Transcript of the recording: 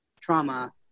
trauma